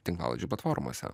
tinklalaidžių platformose